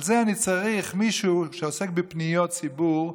על זה אני צריך מישהו שעוסק בפניות ציבור,